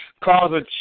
Cause